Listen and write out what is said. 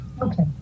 Okay